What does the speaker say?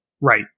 Right